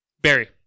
Barry